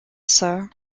sir